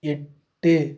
எட்டு